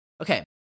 Okay